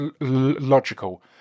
logical